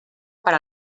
per